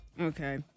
Okay